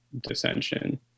dissension